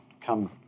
come